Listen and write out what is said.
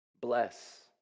bless